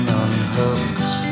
unhooked